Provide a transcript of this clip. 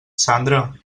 sandra